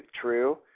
true